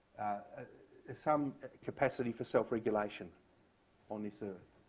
ah is some capacity for self-regulation on this earth.